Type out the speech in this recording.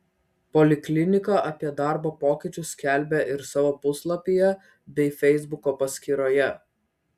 poliklinika apie darbo pokyčius skelbia ir savo puslapyje bei feisbuko paskyroje